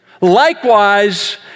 Likewise